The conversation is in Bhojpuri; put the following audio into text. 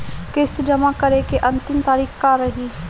किस्त जमा करे के अंतिम तारीख का रही?